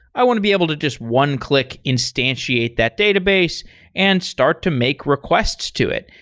i want to be able to just one click instantiate that database and start to make requests to it,